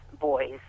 boys